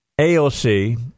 AOC